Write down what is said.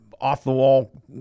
off-the-wall